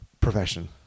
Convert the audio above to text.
profession